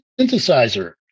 synthesizer